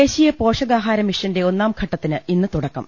ദേശീയ പോഷകാഹാര മിഷന്റെ ഒന്നാംഘട്ടത്തിന് ഇന്ന് തുട ക്കം